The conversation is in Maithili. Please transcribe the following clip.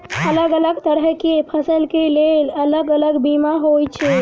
अलग अलग तरह केँ फसल केँ लेल अलग अलग बीमा होइ छै?